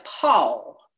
Paul